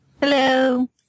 Hello